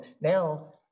Now